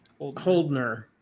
Holdner